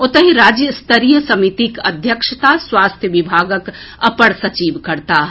ओतहि राज्य स्तरीय समितिक अध्यक्षता स्वास्थ्य विभागक अपर सचिव करताह